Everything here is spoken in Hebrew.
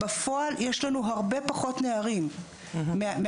בפועל יש לנו הרבה פחות נערים מהתקן.